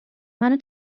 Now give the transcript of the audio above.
منو